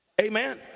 Amen